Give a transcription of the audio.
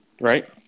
Right